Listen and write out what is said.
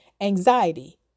Anxiety